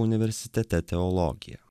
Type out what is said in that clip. universitete teologiją